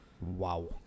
Wow